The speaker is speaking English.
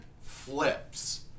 flips